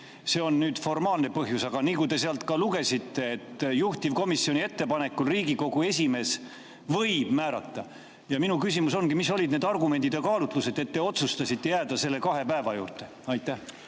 See on nüüd formaalne põhjus, aga nagu te sealt ka lugesite: juhtivkomisjoni ettepanekul Riigikogu esimees võib määrata. Ja minu küsimus ongi, mis olid need argumendid ja kaalutlused, et te otsustasite jääda selle kahe päeva juurde. Aitäh,